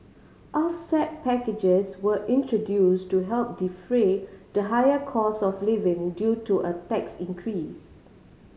offset packages were introduce to help defray the higher cost of living due to a tax increase